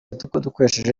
dukoresheje